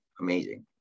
amazing